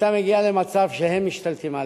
אתה מגיע למצב שהם משתלטים עליך.